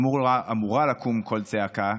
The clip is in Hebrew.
אמור לקום קול צעקה,